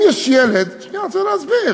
אם יש ילד, שנייה, אני רוצה להסביר.